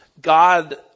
God